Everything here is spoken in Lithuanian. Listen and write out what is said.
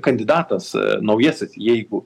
kandidatas naujasis jeigu